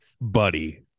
buddy